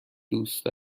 دوست